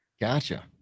Gotcha